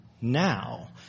Now